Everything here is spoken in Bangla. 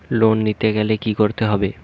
লোন নিতে গেলে কি করতে হবে?